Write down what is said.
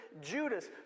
Judas